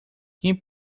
quem